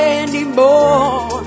anymore